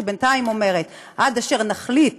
שבינתיים אומרת: עד אשר נחליט